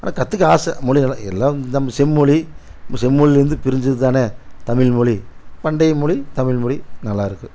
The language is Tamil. ஆனால் கற்றுக்க ஆசை மொழி எல்லாம் இந்த நம்ம செம்மொழி செம்மொழி இருந்து பிரிஞ்சது தானே தமிழ் மொழி பண்டைய மொழி தமிழ் மொழி நல்லா இருக்கு